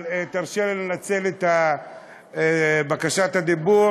אבל תרשה לי לנצל את בקשת הדיבור